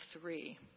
three